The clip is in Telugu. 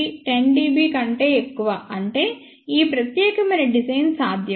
67 dB 10 dB కంటే ఎక్కువ అంటే ఈ ప్రత్యేకమైన డిజైన్ సాధ్యమే